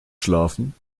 schlafen